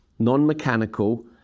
non-mechanical